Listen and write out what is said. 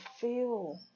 feel